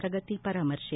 ಪ್ರಗತಿ ಪರಾಮರ್ಶೆ